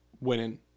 winning